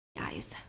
eyes